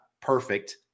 perfect